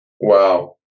Wow